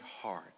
heart